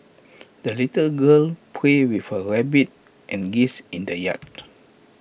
the little girl played with her rabbit and geese in the yard